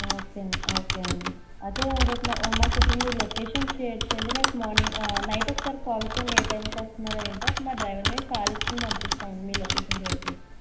okay ma'am okay అండి అయితే రేపు మాకు మాకు ఇప్పుడు మీ లొకేషన్ షేర్ చెయ్యండి రేపు మార్నింగ్ నైట్ ఒకసారి కాల్ చెయ్యండి ఏ టైమ్కి వస్తున్నారో ఏంటో మా డ్రైవర్ని కార్ ఇచ్చుకుని పంపిస్తామండీ మీ లొకేషన్ షేర్ చెయ్యండి